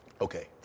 Okay